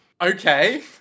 Okay